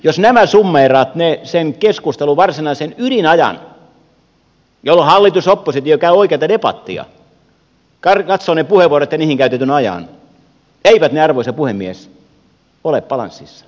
jos nämä summeeraa sen keskustelun varsinaisen ydinajan jolloin hallitus ja oppositio käyvät oikeata debattia katsoo ne puheenvuorot ja niihin käytetyn ajan eivät ne arvoisa puhemies ole balanssissa